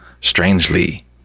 strangely